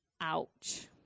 Ouch